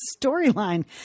storyline